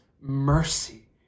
mercy